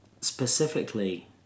specifically